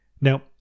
Now